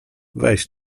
weź